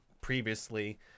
previously